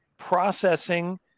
processing